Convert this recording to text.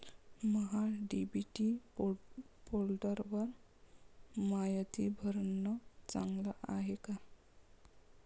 महा DBT पोर्टलवर मायती भरनं चांगलं हाये का?